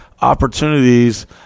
Opportunities